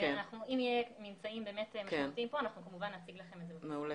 אם יהיו באמת ממצאים משמעותיים פה כמובן נציג לכם את זה בפעם הבאה.